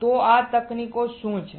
તો આ તકનીકો શું છે